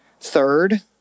Third